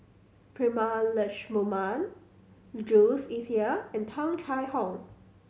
Prema Letchumanan Jules Itier and Tung Chye Hong